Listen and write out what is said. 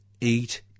eat